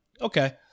Okay